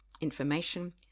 information